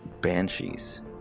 banshees